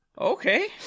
okay